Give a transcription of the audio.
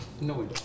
No